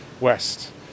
west